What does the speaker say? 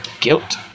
guilt